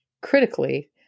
critically